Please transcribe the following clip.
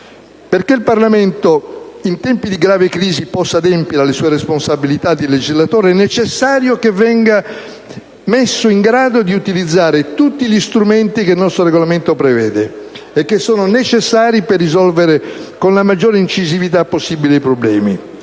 Perché il Parlamento in tempi di grave crisi possa adempiere alle sue responsabilità di legislatore è necessario che venga messo in grado di utilizzare tutti quegli strumenti che il nostro Regolamento prevede e che sono necessari per risolvere con la maggiore incisività possibile i problemi.